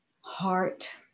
heart